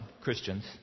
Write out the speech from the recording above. Christians